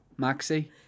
Maxi